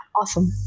awesome